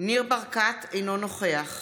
ניר ברקת, אינו נוכח